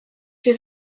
się